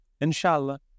Inshallah